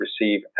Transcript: receive